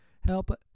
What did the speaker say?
Help